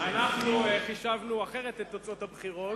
אנחנו חישבנו אחרת את תוצאות הבחירות,